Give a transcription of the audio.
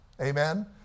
amen